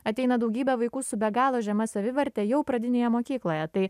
ateina daugybė vaikų su be galo žema saviverte jau pradinėje mokykloje tai